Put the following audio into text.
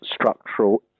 structural